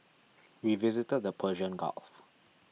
we visited the Persian Gulf